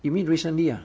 you mean recently ah